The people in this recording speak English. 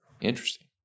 Interesting